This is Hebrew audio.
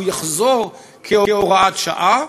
הוא יחזור כהוראת שעה,